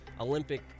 Olympic